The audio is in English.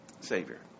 savior